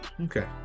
okay